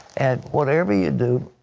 and whatever you do,